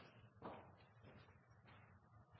Takk